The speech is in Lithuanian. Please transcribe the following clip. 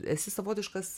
esi savotiškas